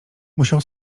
musiał